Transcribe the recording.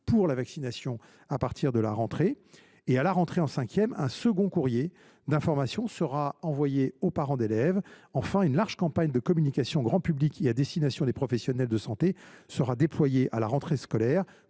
pour la vaccination qui aura lieu à partir de la rentrée. En outre, à la rentrée en cinquième, un second courrier d’information sera envoyé aux parents d’élèves. Parallèlement, une large campagne de communication grand public et à destination des professionnels de santé sera déployée à la rentrée scolaire.